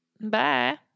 Bye